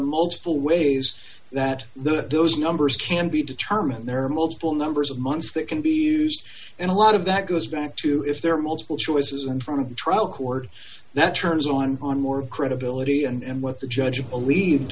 multiple ways that the those numbers can be determined there are multiple numbers of months that can be used and a lot of that goes back to if there are multiple choices and from a trial court that turns on on more credibility and with the judge you believe